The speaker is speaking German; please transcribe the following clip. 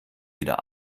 wieder